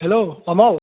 hello Kamal